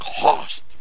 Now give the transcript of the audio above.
cost